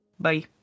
Bye